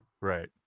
right